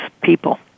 people